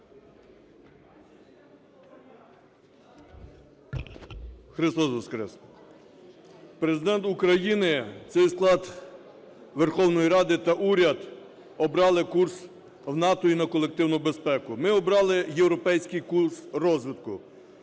Христос Воскрес! Президент України, цей склад Верховної Ради та уряд обрали курс в НАТО і на колективну безпеку. Ми обрали європейський курс розвитку,